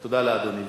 תודה לאדוני.